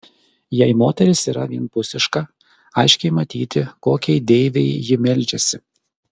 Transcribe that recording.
jei moteris yra vienpusiška aiškiai matyti kokiai deivei ji meldžiasi